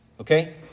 Okay